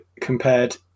compared